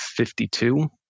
52